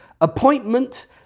appointment